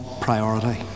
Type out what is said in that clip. priority